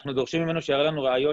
אנחנו דורשים ממנו שיראה לנו ראיות